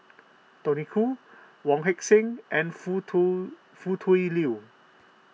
Tony Khoo Wong Heck Sing and Foo Tui Foo Tui Liew